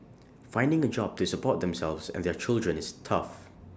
finding A job to support themselves and their children is tough